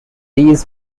these